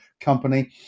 company